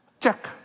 check